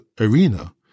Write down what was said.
arena